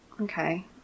Okay